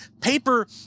paper